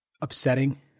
upsetting